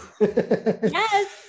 Yes